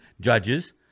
judges